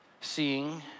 Seeing